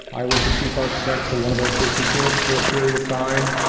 i was the chief architect for one of those business units for a period of time.